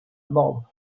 mob